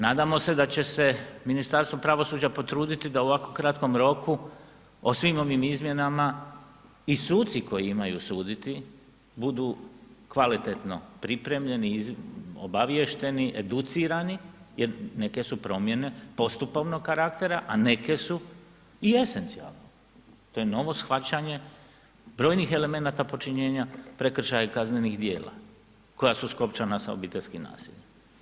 Nadamo se da će se Ministarstvo pravosuđa potruditi da u ovako kratkom roku o svim ovim izmjenama i suci koji imaju suditi budu kvalitetno pripremljeni, obaviješteni, educirani jer neke su promjene postupovnog karaktera, a neke su i esencijalnog to je novo shvaćanje brojnih elemenata počinjenja prekršaja kaznenih djela koja su skopčana sa obiteljskim nasiljem.